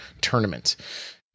tournament